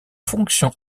fonction